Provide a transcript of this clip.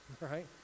right